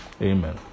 Amen